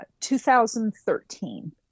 2013